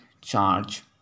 charge